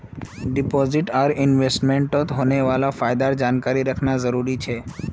deposit आर इन्वेस्टमेंटत होने वाला फायदार जानकारी रखना जरुरी छे